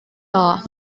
are